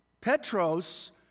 Petros